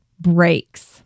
breaks